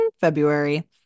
February